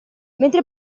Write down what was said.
mentre